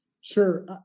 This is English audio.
Sure